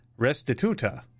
Restituta